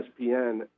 ESPN